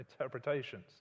interpretations